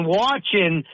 watching